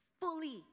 fully